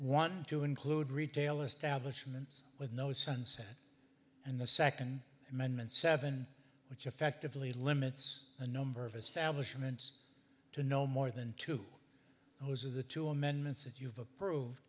one to include retail establishments with no sunset and the second amendment seven which effectively limits the number of establishment to no more than two and those are the two amendments that you have approved